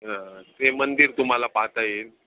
हां ते मंदिर तुम्हाला पाहता येईल